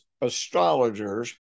astrologers